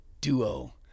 duo